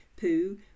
poo